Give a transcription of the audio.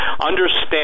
understand